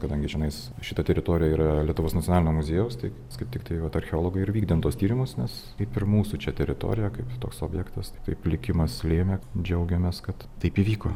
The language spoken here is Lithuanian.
kadangi čianais šita teritorija yra lietuvos nacionalinio muziejaus kaip tik tai vat archeologai ir vykdėm tuos tyrimus nes kaip ir mūsų čia teritorija kaip toks objektas taip likimas lėmė džiaugiamės kad taip įvyko